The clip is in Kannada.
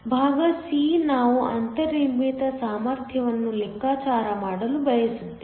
ಭಾಗ C ನಾವು ಅಂತರ್ನಿರ್ಮಿತ ಸಾಮರ್ಥ್ಯವನ್ನು ಲೆಕ್ಕಾಚಾರ ಮಾಡಲು ಬಯಸುತ್ತೇವೆ